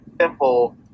simple